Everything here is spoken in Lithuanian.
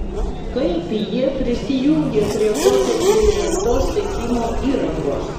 kaip jie prisijungė prie kotedže įrengtos sekimo įrangos